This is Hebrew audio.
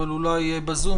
אבל אולי בזום,